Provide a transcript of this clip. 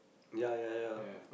ya ya ya